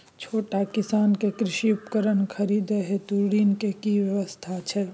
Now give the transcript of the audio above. छोट किसान के कृषि उपकरण खरीदय हेतु ऋण के की व्यवस्था छै?